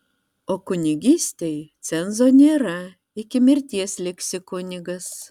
o kunigystei cenzo nėra iki mirties liksi kunigas